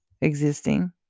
existing